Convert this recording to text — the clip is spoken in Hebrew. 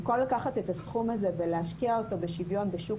במקום לקחת את הסכום הזה ולהשקיע אותו בשוויון בשוק